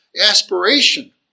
aspiration